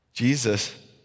Jesus